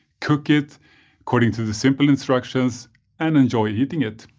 cook it according to the simple instructions and enjoy eating it.